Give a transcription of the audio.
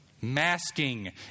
Masking